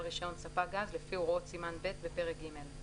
רישיון ספק גז לפי הוראות סימן ב' בפרק ג';